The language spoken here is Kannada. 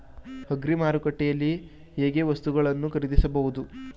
ಅಗ್ರಿ ಮಾರುಕಟ್ಟೆಯಲ್ಲಿ ಹೇಗೆ ವಸ್ತುಗಳನ್ನು ಖರೀದಿಸಬಹುದು?